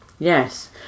Yes